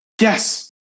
yes